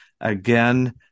again